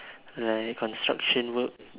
like construction work